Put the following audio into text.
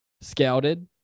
scouted